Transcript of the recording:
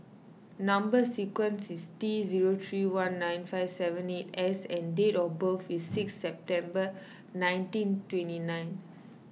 Number Sequence is T zero three one nine five seven eight S and date of birth is sixth September nineteen twenty nine